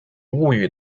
物语